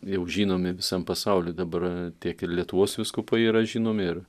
jau žinomi visam pasauliui dabar tiek ir lietuvos vyskupai yra žinomi ir